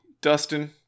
Dustin